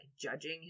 judging